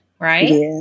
right